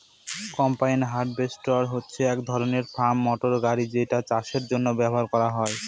combine harvester হচ্ছে এক ধরনের ফার্ম মটর গাড়ি যেটা চাষের জন্য ব্যবহার করা হয়